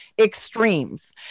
extremes